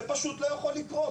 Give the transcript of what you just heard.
זה פשוט לא יכול לקרות.